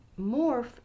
morph